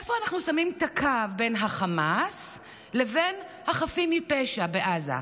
איפה אנחנו שמים את הקו בין חמאס לבין החפים מפשע בעזה?